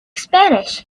spanish